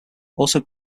also